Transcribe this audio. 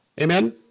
Amen